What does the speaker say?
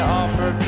offer